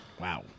Wow